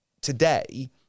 today